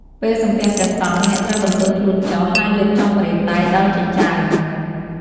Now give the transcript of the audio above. ពេលសំពះព្រះសង្ឃ អ្នកត្រូវបន្ទន់ខ្លួនចុះ ហើយលើកចុងម្រាមដៃដល់ចិញ្ចើម។